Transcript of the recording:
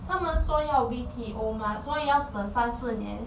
他们说要 B_T_O 吗所以要等三四年